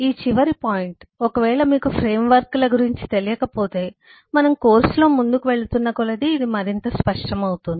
ఈ చివరి పాయింట్ ఒకవేళ మీకు ఫ్రేమ్వర్క్ల గురించి తెలియకపోతే మనము కోర్సులో ముందుకు వెళుతున్న కొలది ఇది మరింత స్పష్టమవుతుంది